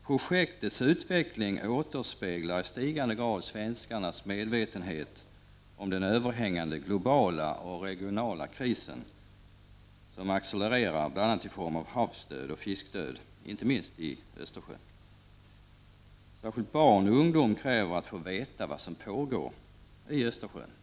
Projektets utveckling återspeglar i stigande grad svenskarnas medvetenhet om den överhängande globala och regionala kris som accelererar bl.a. i form av havsoch fiskdöd inte minst i Östersjön. Särskilt barn och ungdom kräver att få veta vad som pågår i Östersjön. — Prot.